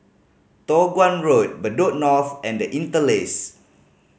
Toh Guan Road Bedok North and The Interlace